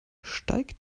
steigt